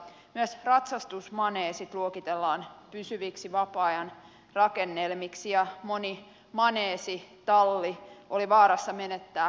myös ratsastusmaneesit luokitellaan pysyviksi vapaa ajan rakennelmiksi ja moni maneesitalli oli vaarassa menettää eu tuet kokonaan